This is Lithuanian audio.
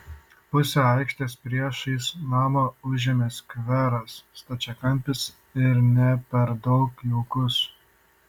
pusę aikštės priešais namą užėmė skveras stačiakampis ir ne per daug jaukus